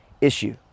issue